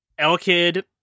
Elkid